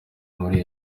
muri